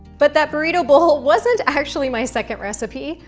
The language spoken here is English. but that burrito bowl wasn't actually my second recipe.